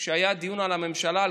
כשהיה דיון על הממשלה,